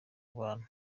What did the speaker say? bantu